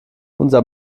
unser